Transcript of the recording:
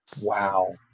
Wow